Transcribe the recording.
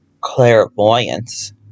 Clairvoyance